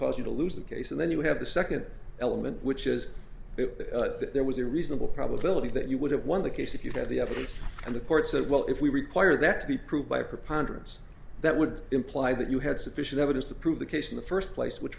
cause you to lose the case and then you have the second element which is that there was a reasonable probability that you would have won the case if you had the evidence and the court said well if we require that to be proved by a preponderance that would imply that you had sufficient evidence to prove the case in the first place which